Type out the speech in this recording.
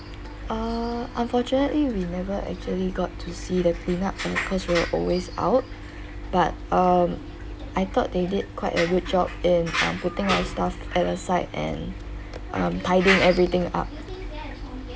err unfortunately we never actually got to see the clean up was because we always out but um I thought they did quite a good job in um putting our stuff at the side and um tiding everything up